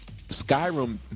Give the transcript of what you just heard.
Skyrim